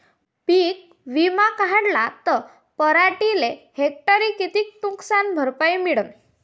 पीक विमा काढला त पराटीले हेक्टरी किती नुकसान भरपाई मिळीनं?